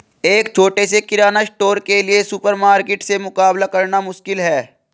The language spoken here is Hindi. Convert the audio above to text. एक छोटे से किराना स्टोर के लिए सुपरमार्केट से मुकाबला करना मुश्किल है